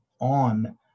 on